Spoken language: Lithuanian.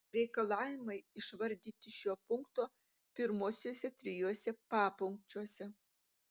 reikalavimai išvardyti šio punkto pirmuosiuose trijuose papunkčiuose